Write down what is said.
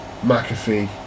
McAfee